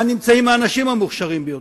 כאן נמצאים האנשים המוכשרים ביותר.